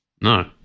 no